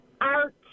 Art